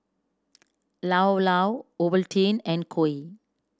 Llao Llao Ovaltine and Koi